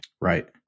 Right